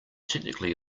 technically